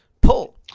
Pull